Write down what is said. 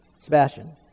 Sebastian